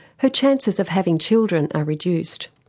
her chances of having children are reduced.